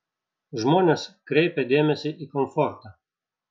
žmonės kreipia dėmesį į komfortą